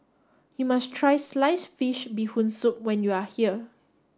you must try sliced fish bee hoon soup when you are here